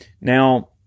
Now